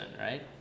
right